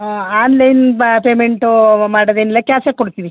ಹಾಂ ಆನ್ಲೈನ್ ಬ ಪೇಮೆಂಟೂ ಮಾಡೋದೇನಿಲ್ಲ ಕ್ಯಾಶೇ ಕೊಡ್ತೀವಿ